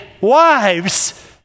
wives